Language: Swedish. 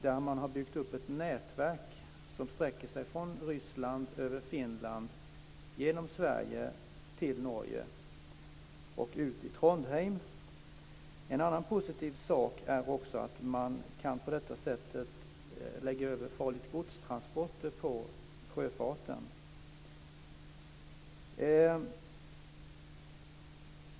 Där har man byggt upp ett nätverk som sträcker sig från Ryssland, över Finland, genom Sverige, till Norge och ut i Trondheim. En annan positiv sak är också att man på detta sätt kan lägga över transporter av farligt gods på sjöfarten.